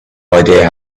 idea